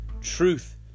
truth